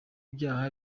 byaha